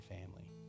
family